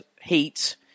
heat